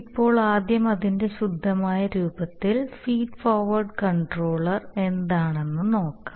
ഇപ്പോൾ ആദ്യം അതിന്റെ ശുദ്ധമായ രൂപത്തിൽ ഫീഡ് ഫോർവേർഡ് കൺട്രോൾ എന്താണ് എന്ന് നോക്കാം